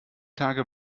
tage